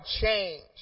change